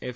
F